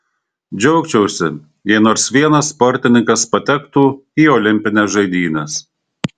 džiaugčiausi jei nors vienas sportininkas patektų į olimpines žaidynes